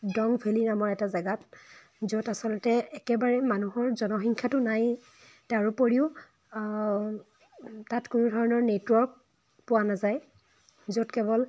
দং ভেলী নামৰ এটা জেগাত য'ত আচলতে একেবাৰে মানুহৰ জনসংখ্যাতো নাইয়েই তাৰোপৰিও তাত কোনো ধৰণৰ নেটৱৰ্ক পোৱা নেযায় য'ত কেৱল